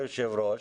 היושב-ראש.